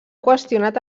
qüestionat